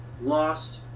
lost